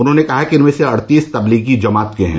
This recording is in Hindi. उन्होंने कहा कि इनमें से अड़तीस तबलीगी जमात के हैं